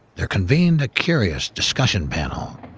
there convened a curious discussion panel.